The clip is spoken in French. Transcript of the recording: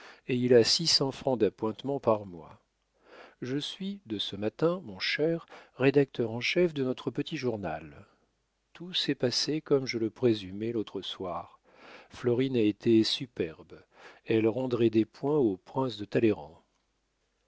et il a six cents francs d'appointements par mois je suis de ce matin mon cher rédacteur en chef de notre petit journal tout s'est passé comme je le présumais l'autre soir florine a été superbe elle rendrait des points au prince de talleyrand